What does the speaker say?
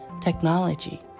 technology